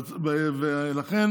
ולכן